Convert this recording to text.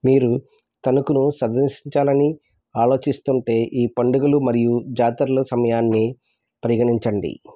మీరు తణుకులో సందర్శించాలని ఆలోచిస్తుంటే ఈ పండుగలు మరియు జాతరల సమయాన్ని పరిగణించండి